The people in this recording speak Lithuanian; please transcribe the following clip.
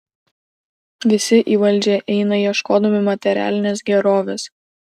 visi į valdžią eina ieškodami materialinės gerovės